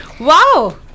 Wow